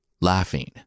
laughing